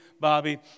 Bobby